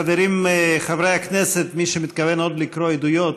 חברים, חברי הכנסת, מי שעוד מתכוון לקרוא עדויות,